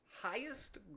highest